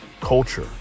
Culture